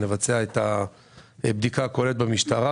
לבצע את הבדיקה הכוללת במשטרה,